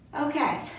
Okay